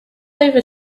over